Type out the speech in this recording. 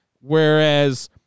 Whereas